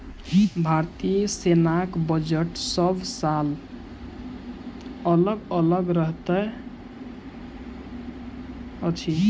भारतीय सेनाक बजट सभ साल अलग अलग रहैत अछि